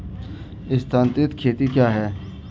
स्थानांतरित खेती क्या है?